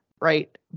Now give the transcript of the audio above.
right